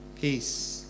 Peace